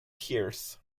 tears